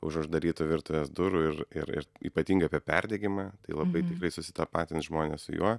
už uždarytų virtuvės durų ir ir ir ypatingai apie perdegimą tai labai tikrai susitapatins žmonės su juo